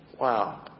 Wow